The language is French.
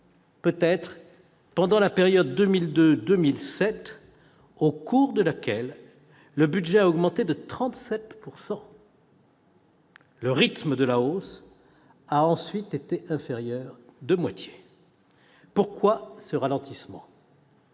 peut-être, durant la période 2002-2007, au cours de laquelle le budget a augmenté de 37 %. Le rythme de la hausse a ensuite été inférieur de moitié. Pourquoi ce ralentissement ?